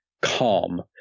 calm